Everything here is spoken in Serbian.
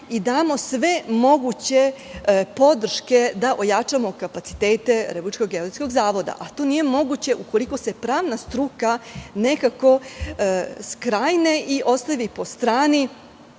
i damo sve moguće podrške da ojačamo kapacitete Republičkog geodetskog zavoda. To nije moguće ukoliko se pravna struka nekako skrajne o ostavi po strani,